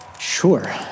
Sure